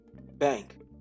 Bank